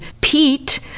Pete